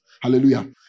Hallelujah